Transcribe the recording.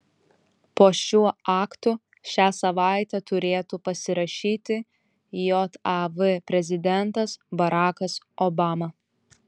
po šiuo aktu šią savaitę turėtų pasirašyti jav prezidentas barakas obama